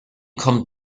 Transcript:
kommt